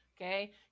Okay